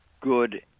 good